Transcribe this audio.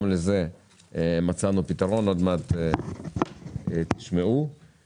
גם לזה מצאנו פתרון, ועוד מעט תשמעו על כך.